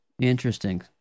Interesting